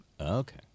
Okay